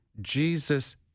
Jesus